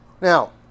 Now